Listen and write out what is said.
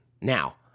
Now